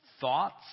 thoughts